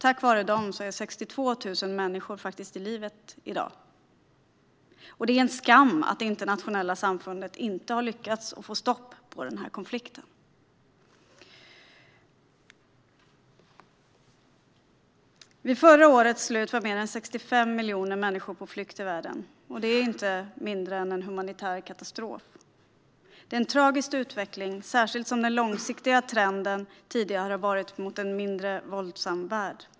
Tack vare dem är 62 000 människor i livet i dag. Det är en skam att det internationella samfundet inte har lyckats få stopp på denna konflikt. Vid förra årets slut var mer än 65 miljoner människor på flykt i världen. Det är inte mindre än en humanitär katastrof. Det är en tragisk utveckling, särskilt som den långsiktiga trenden tidigare har varit att vi går mot en mindre våldsam värld.